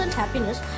happiness